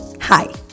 Hi